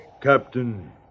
Captain